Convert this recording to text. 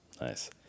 nice